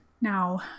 Now